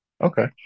Okay